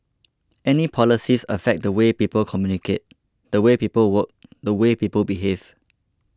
any policies affect the way people communicate the way people work the way people behave